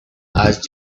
asked